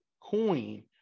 coin